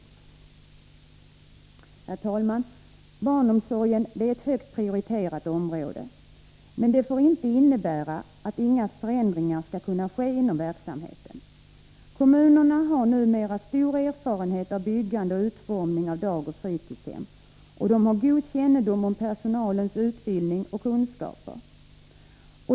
Herr talman! Barnomsorgen är ett högt prioriterat område. Men det får inte innebära att inte förändringar skall kunna ske inom verksamheten. Kommunerna har numera stor erfarenhet av byggande och utformning av dagoch fritidshem och god kännedom om personalens utbildning och kunskaper.